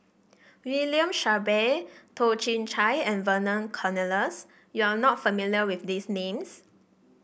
William Shellabear Toh Chin Chye and Vernon Cornelius you are not familiar with these names